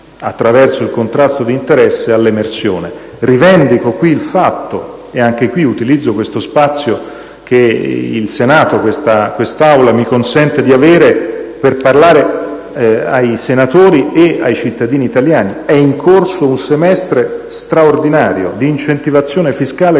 attraverso il contrasto di interessi, all'emersione. Rivendico qui il fatto (ed utilizzo lo spazio che quest'Aula mi consente per parlare ai senatori e ai cittadini italiani) che è in corso un semestre straordinario di incentivazione fiscale